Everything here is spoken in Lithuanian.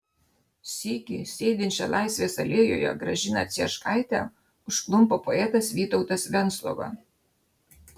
sykį sėdinčią laisvės alėjoje gražiną cieškaitę užklumpa poetas vytautas venclova